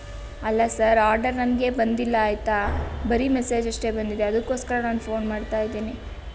ಅಲ್ಲ sir order ನನಗೆ ಬಂದಿಲ್ಲ ಆಯಿತಾ ಬರೀ ಮೆಸೇಜ್ ಅಷ್ಟೇ ಬಂದಿದೆ ಅದಕ್ಕೋಸ್ಕರ ನಾನು ಫೋನ್ ಮಾಡ್ತಾ ಇದ್ದೀನಿ